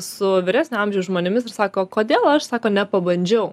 su vyresnio amžiaus žmonėmis ir sako kodėl aš sako nepabandžiau